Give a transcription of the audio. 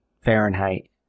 fahrenheit